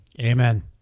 Amen